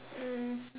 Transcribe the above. mm